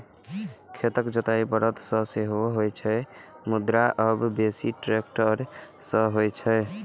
खेतक जोताइ बरद सं सेहो होइ छै, मुदा आब बेसी ट्रैक्टर सं होइ छै